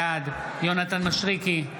בעד יונתן מישרקי,